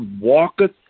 walketh